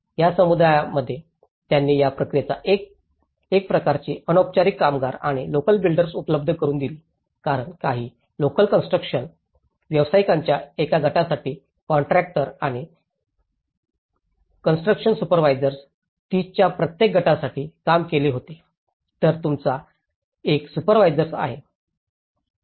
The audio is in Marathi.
या समुदायामध्ये त्यांनी या प्रक्रियेमध्ये एक प्रकारची अनौपचारिक कामगार आणि लोकल बिल्डर्स उपलब्ध करुन दिली कारण काही लोकल कॉन्स्ट्रुकशन व्यावसायिकांच्या एका गटासाठी कॉन्ट्रॅक्टर आणि कॉन्स्ट्रुकशन सुपरवाजर्स 30 च्या प्रत्येक गटासाठी काम घेतले होते तर तुमचा एकसुपरवाजर्स आहे